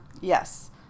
Yes